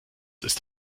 ist